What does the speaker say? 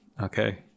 okay